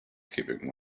keeping